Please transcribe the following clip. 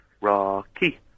Rocky